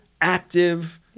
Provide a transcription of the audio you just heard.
active